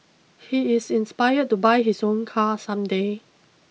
he is inspired to buy his own car some day